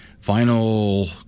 Final